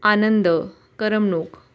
आनंद करमणूक